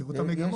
תראו את המגמות.